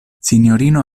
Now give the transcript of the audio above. sinjorino